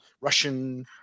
russian